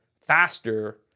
faster